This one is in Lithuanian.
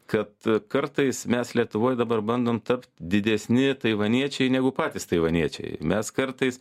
kad kartais mes lietuvoj dabar bandom tapt didesni taivaniečiai negu patys taivaniečiai mes kartais